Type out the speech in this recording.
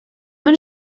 ddim